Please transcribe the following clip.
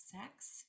sex